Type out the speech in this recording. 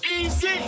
easy